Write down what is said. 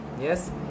yes